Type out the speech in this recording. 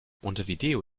montevideo